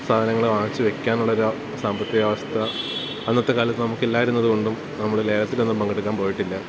സാധനങ്ങള് വാങ്ങിച്ചുവയ്ക്കാനുള്ളൊരു സാമ്പത്തികാവസ്ഥ അന്നത്തെക്കാലത്ത് നമുക്കില്ലായിരുന്നതുകൊണ്ടും നമ്മള് ലേലത്തിലൊന്നും പങ്കെടുക്കാൻ പോയിട്ടില്ല